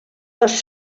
dos